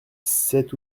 sept